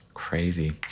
Crazy